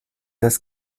das